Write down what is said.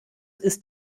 ist